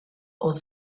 oedd